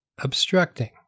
obstructing